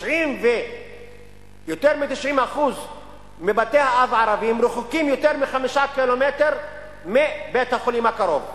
יותר מ-90% מבתי-האב הערביים רחוקים יותר מ-5 ק"מ מבית-החולים הקרוב.